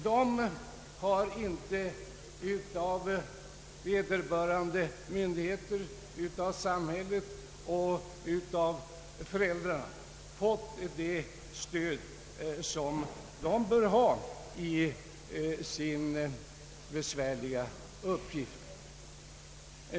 De har inte av vederbörande myndigheter, av samhället och av föräldrarna fått det stöd som de bör ha i sin besvärliga uppgift.